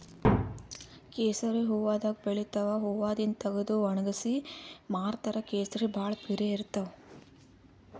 ಕೇಸರಿ ಹೂವಾದಾಗ್ ಬೆಳಿತಾವ್ ಹೂವಾದಿಂದ್ ತಗದು ವಣಗ್ಸಿ ಮಾರ್ತಾರ್ ಕೇಸರಿ ಭಾಳ್ ಪಿರೆ ಇರ್ತವ್